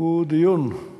הוא דיון על